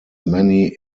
many